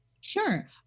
sure